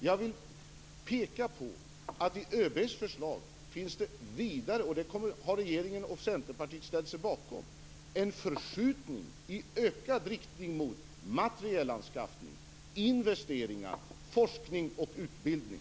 Jag vill peka på att det i ÖB:s förslag - det har regeringen och Centerpartiet ställt sig bakom - finns en förskjutning i ökad riktning mot materielanskaffning, investeringar, forskning och utbildning.